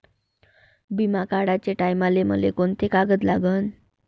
बिमा काढाचे टायमाले मले कोंते कागद लागन?